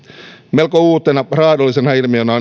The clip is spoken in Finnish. melko uutena raadollisena ilmiönä